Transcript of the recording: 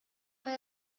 bei